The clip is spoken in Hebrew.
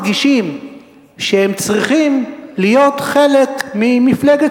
לא מרגישים שהם צריכים להיות חלק ממפלגת